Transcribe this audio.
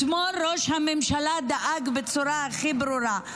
אתמול ראש הממשלה דאג בצורה הכי ברורה,